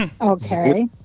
Okay